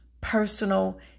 personal